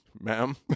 Ma'am